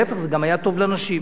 להיפך, זה גם היה טוב לנשים.